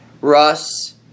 Russ